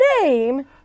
name